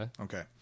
Okay